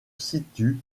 situe